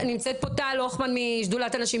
נמצאת פה טל הוכמן משדולת הנשים,